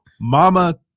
mama